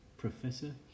Professor